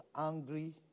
angry